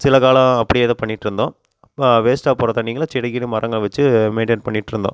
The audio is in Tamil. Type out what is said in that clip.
சில காலம் அப்படியே இதை பண்ணிகிட்டு இருந்தோம் வேஸ்டாக போகிற தண்ணிங்களெலாம் செடிக்கினு மரங்கள் வச்சு மெயின்டைன் பண்ணிகிட்டு இருந்தோம்